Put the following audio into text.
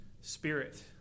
Spirit